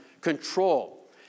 control